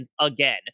again